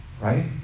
right